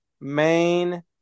main